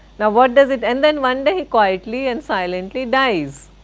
now what does it, and then one day he quietly and silently dies.